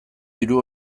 diru